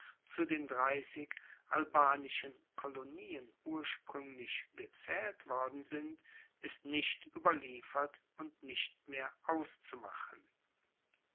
zu den dreissig albanischen kolonien urspruenglich gezaehlt worden sind ist nicht ueberliefert und nicht mehr auszumachen